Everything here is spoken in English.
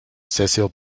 cecil